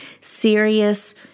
serious